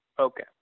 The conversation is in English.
Okay